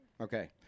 Okay